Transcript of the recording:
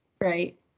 right